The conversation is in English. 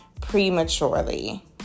prematurely